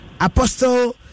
Apostle